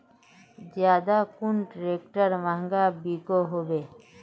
ज्यादा कुन ट्रैक्टर महंगा बिको होबे?